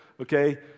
Okay